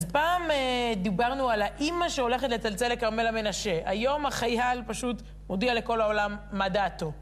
אז פעם דיברנו על האמא שהולכת לצלצל לכרמלה המנשה. היום החייל פשוט מודיע לכל העולם מה דעתו.